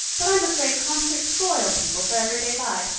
but i'm afraid concerts spoil people for everyday life.